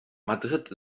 madrid